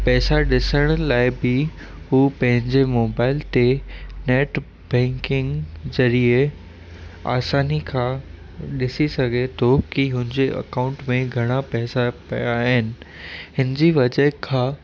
पैसा ॾिसण लाइ बि हू पंहिंजे मोबाइल ते नैट बैंकिंग ज़रिए आसानी खां ॾिसी सघे थो कि हुनजे अकाउंट में घणा पैसा पिया आहिनि हिनजी वजह खां